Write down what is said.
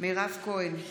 מירב כהן,